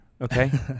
Okay